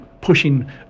pushing